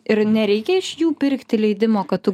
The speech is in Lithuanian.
ir nereikia iš jų pirkti leidimo kad tu